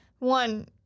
One